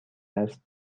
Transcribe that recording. است